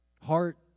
Heart